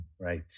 Right